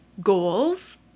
goals